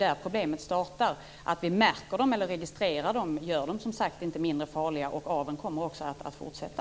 Att vi märker dem eller registrerar dem gör dem som sagt inte mindre farliga, och aveln kommer också att fortsätta.